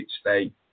state